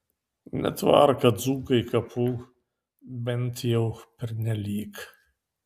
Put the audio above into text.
netvarko dzūkai kapų bent jau pernelyg